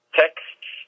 texts